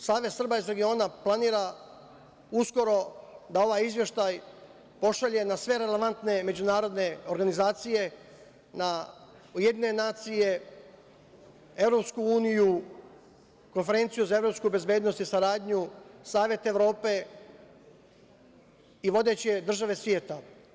Savez Srba iz regiona planira uskoro da ovaj izveštaj pošalje na sve relevantne međunarodne organizacije - UN, EU, Konferenciji za evropsku bezbednost i saradnju, Savet Evrope i vodeće države sveta.